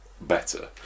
better